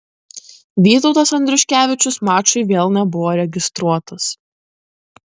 vytautas andriuškevičius mačui vėl nebuvo registruotas